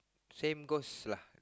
same goes lah